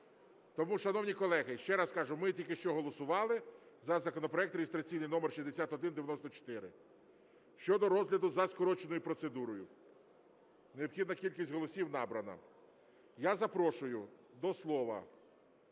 Тому, шановні колеги, ще раз кажу, ми тільки що голосували за законопроект реєстраційний номер 6194 щодо розгляду за скороченою процедурою. Необхідна кількість голосів набрана. Я запрошую до слова